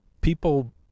people